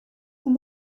and